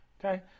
Okay